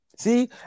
See